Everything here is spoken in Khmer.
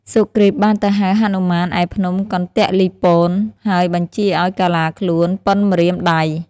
សុគ្រីពបានទៅហៅហនុមាន ឯភ្នំកន្ទលីពន ហើយបញ្ជាឱ្យកាឡាខ្លួនប៉ុនម្រាមដៃ។